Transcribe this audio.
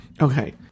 okay